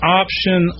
option